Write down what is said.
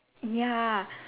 ya